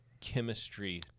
chemistry